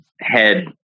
head